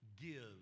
give